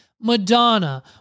Madonna